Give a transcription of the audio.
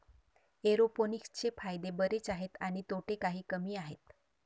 एरोपोनिक्सचे फायदे बरेच आहेत आणि तोटे काही कमी आहेत